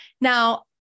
Now